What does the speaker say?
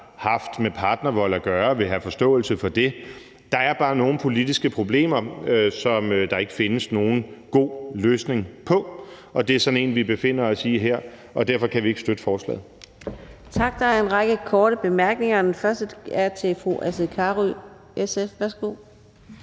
haft med partnervold at gøre, vil have forståelse for det. Der er bare nogle politiske problemer, som der ikke findes nogen god løsning på, og det er sådan et, vi står over for her, og derfor kan vi ikke støtte forslaget.